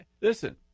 listen